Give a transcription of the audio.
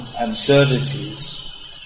absurdities